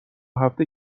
هفته